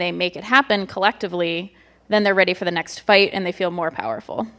they make it happen collectively then they're ready for the next fight and they feel more powerful